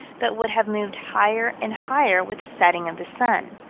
but would have moved higher and higher with the setting of the sun.